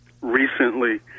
recently